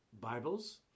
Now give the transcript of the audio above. Bibles